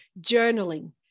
Journaling